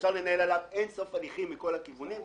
אפשר לנהל עליו אין סוף הליכים מכל הכיוונים.